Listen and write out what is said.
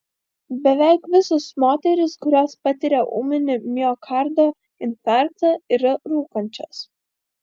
beveik visos moterys kurios patiria ūminį miokardo infarktą yra rūkančios